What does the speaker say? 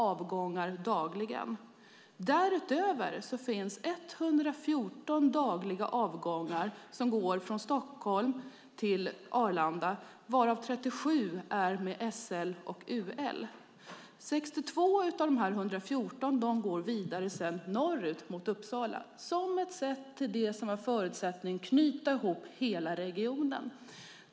Därutöver finns det 114 dagliga avgångar som går från Stockholm till Arlanda, varav 37 är med SL och UL. 62 av dessa 114 går sedan vidare norrut mot Uppsala som ett sätt att knyta ihop hela regionen.